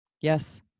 Yes